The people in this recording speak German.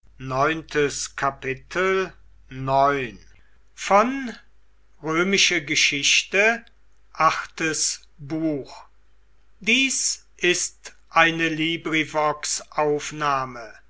sind ist eine